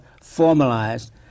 formalized